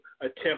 attempt